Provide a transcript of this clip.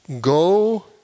Go